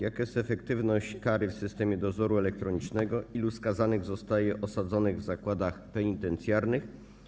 Jaka jest efektywność kary w systemie dozoru elektronicznego, ilu skazanych zostaje osadzonych w zakładach penitencjarnych.